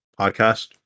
podcast